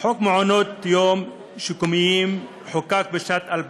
חוק מעונות יום שיקומיים חוקק בשנת 2000